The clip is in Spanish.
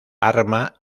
arma